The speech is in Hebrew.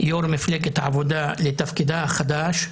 יו"ר מפלגת העבודה, לתפקידה החדש,